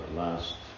last